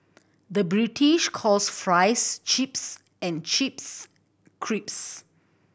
the British calls fries chips and chips crisps